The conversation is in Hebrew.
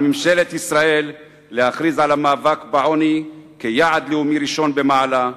על ממשלת ישראל להכריז על המאבק בעוני כיעד לאומי ראשון במעלה,